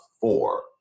four